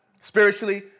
spiritually